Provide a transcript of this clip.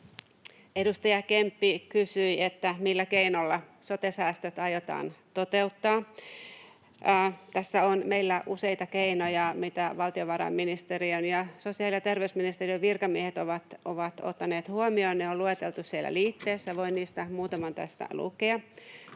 Edustaja Kemppi kysyi, millä keinoilla sote-säästöt aiotaan toteuttaa. Tässä on meillä useita keinoja, mitä valtiovarainministeriön ja sosiaali- ja terveysministeriön virkamiehet ovat ottaneet huomioon. Ne on lueteltu siellä liitteessä. Voin niistä muutaman tästä lukea.